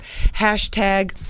Hashtag